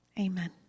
amen